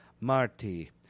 Marty